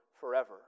Forever